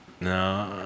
No